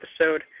episode